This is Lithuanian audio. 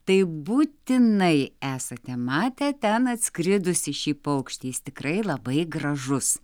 tai būtinai esate matę ten atskridusį šį paukštį jis tikrai labai gražus